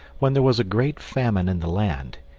when there was a great famine in the land,